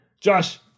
Josh